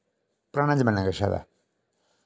पुराना जमाना गै अच्छा हा